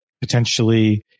potentially